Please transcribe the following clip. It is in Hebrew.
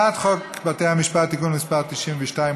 הצעת חוק בתי המשפט (תיקון מס' 92),